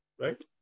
right